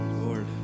lord